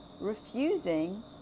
refusing